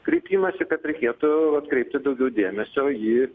kreipimąsi kad reikėtų atkreipti daugiau dėmesio į